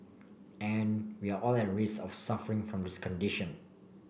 and we all are at risk of suffering from this condition